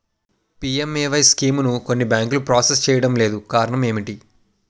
PMAY స్కీమును కొన్ని బ్యాంకులు ప్రాసెస్ చేయడం లేదు కారణం ఏమిటి?